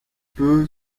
peu